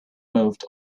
moved